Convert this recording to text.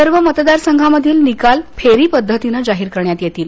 सर्व मतदार संघांमधील निकाल फेरी पद्धतीनं जाहीर करण्यात येणार आहेत